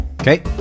Okay